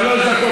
הוא ענה לך.